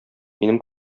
минем